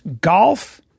golf